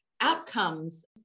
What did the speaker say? outcomes